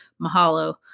mahalo